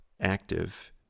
active